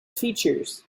features